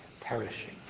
perishing